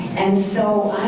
and so,